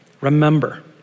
Remember